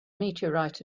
meteorite